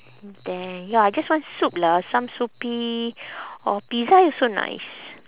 then ya I just want soup lah some soupy or pizza also nice